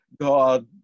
God